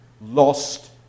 lost